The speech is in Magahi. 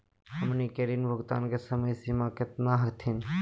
हमनी के ऋण भुगतान के समय सीमा केतना हखिन?